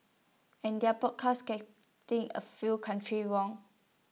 and their broadcast getting A few countries wrong